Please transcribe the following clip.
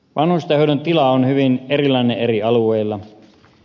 vanhustenhoidon tila on hyvin erilainen eri alueilla